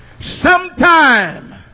sometime